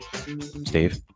Steve